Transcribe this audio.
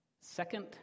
second